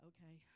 Okay